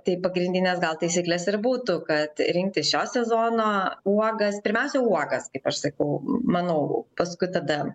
tai pagrindinės gal taisyklės ir būtų kad rinkti šio sezono uogas pirmiausia uogas kaip aš sakau manau paskui tada